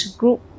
group